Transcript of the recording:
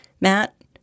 Matt